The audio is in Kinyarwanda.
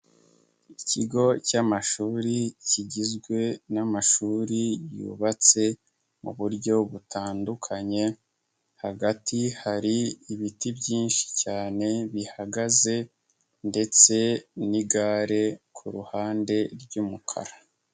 Ikigo cy'amashuri kigizwe n'amashuri yubatse mu buryo butandukanye, hagati hari ibiti byinshi cyane bihagaze ndetse n'igare ku ruhande ry'umukara.